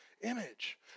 image